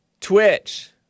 Twitch